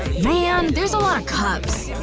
man. there's a lot of cups